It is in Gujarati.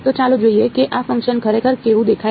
તો ચાલો જોઈએ કે આ ફંક્શન ખરેખર કેવું દેખાય છે